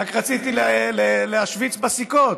רק רציתי להשוויץ בסיכות.